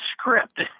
script